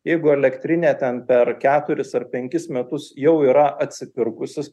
jeigu elektrinė ten per keturis ar penkis metus jau yra atsipirkusis